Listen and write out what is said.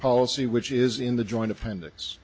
policy which is in the joint appendix